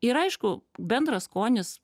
ir aišku bendras skonis